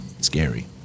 scary